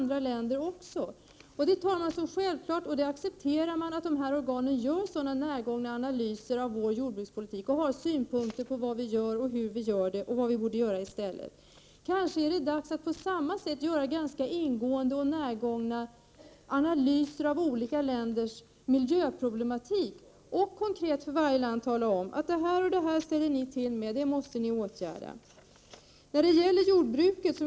Det ses som något självklart och accepteras att ett sådant organ gör närgångna analyser av vår jordbrukspolitik och har synpunkter på vad vi gör, hur vi gör och vad vi borde göra i stället. Det kanske är dags att på samma sätt göra ingående och närgångna analyser av olika länders miljöproblematik och konkret för varje land tala om vad de ställer till med och vilka åtgärder de måste vidta.